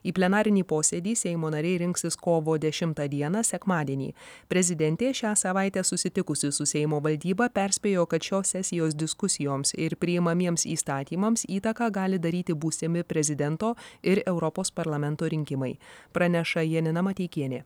į plenarinį posėdį seimo nariai rinksis kovo dešimtą dieną sekmadienį prezidentė šią savaitę susitikusi su seimo valdyba perspėjo kad šios sesijos diskusijoms ir priimamiems įstatymams įtaką gali daryti būsimi prezidento ir europos parlamento rinkimai praneša janina mateikienė